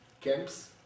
camps